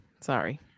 Sorry